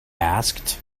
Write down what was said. asked